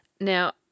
Now